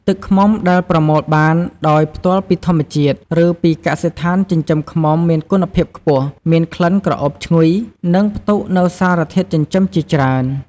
ទឹកឃ្មុំដែលប្រមូលបានដោយផ្ទាល់ពីធម្មជាតិ ឬពីកសិដ្ឋានចិញ្ចឹមឃ្មុំមានគុណភាពខ្ពស់ មានក្លិនក្រអូបឈ្ងុយ និងផ្ទុកនូវសារធាតុចិញ្ចឹមជាច្រើន។